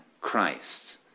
Christ